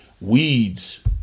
weeds